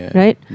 right